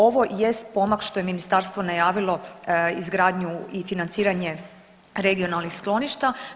Ovo jest pomak što je ministarstvo najavilo izgradnju i financiranje regionalnih skloništa.